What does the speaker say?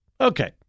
Okay